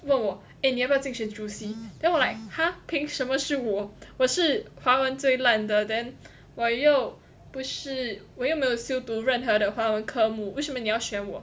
eh 你要不要竞选 then 我 like !huh! 凭什么是我我是华文最烂的 then 我又不是我有没有修读任何的华文科目为什么你要选我